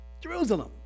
Jerusalem